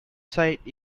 sight